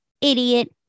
idiot